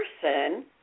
person